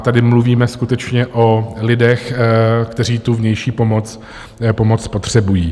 Tady mluvíme skutečně o lidech, kteří tu vnější pomoc potřebují.